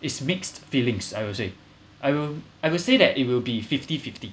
is mixed feelings I will say I will I will say that it will be fifty fifty